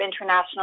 international